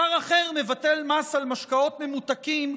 שר אחר מבטל מס על משקאות ממותקים,